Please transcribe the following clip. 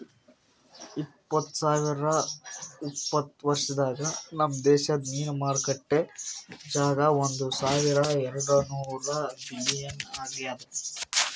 ಇಪ್ಪತ್ತು ಸಾವಿರ ಉಪತ್ತ ವರ್ಷದಾಗ್ ನಮ್ ದೇಶದ್ ಮೀನು ಮಾರುಕಟ್ಟೆ ಜಾಗ ಒಂದ್ ಸಾವಿರ ಎರಡು ನೂರ ಬಿಲಿಯನ್ ಆಗ್ಯದ್